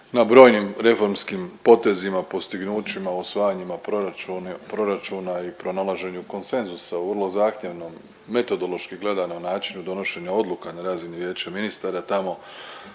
na brojnim reformskim potezima, postignućima, usvajanjima proračuna i pronalaženju konsenzusa u vrlo zahtjevnom metodološki gledano načinu donošenja odluka na razini Vijeća ministara. Tamo